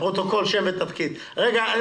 בבקשה.